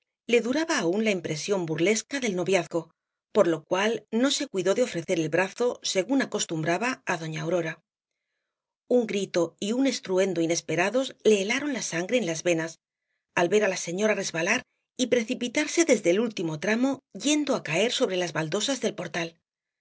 le duraba aún la impresión burlesca del noviazgo por lo cual no se cuidó de ofrecer el brazo según acostumbraba á doña aurora un grito y un estruendo inesperados le helaron la sangre en las venas al ver á la señora resbalar y precipitarse desde el último tramo yendo á caer sobre las baldosas del portal